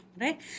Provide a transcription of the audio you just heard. right